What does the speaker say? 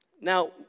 Now